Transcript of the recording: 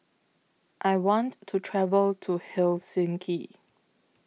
I want to travel to Helsinki